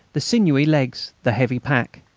the sinewy legs, the heavy pack.